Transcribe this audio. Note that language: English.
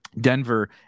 Denver